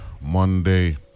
Monday